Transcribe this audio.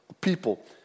people